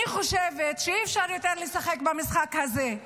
אני חושבת שאי-אפשר יותר לשחק במשחק הזה.